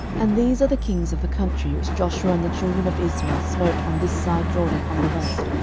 and these are the kings of the country which joshua and the children of israel smote on this side jordan on the west,